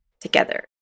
together